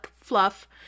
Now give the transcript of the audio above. Fluff